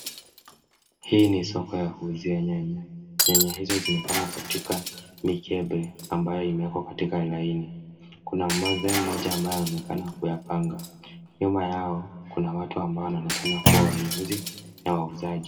Hii ni soko ya kuuzia nyanya, nyanya hizo zimepangwa katika mikebe, ambayo imewekwa katika laini , kuna mathe mmoja ambaye anaonekana kuyapanga, nyuma yao kuna watu ambao wanaonekana kuwa wanunuzi na wauzaji.